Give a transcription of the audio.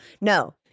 No